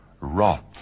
wrath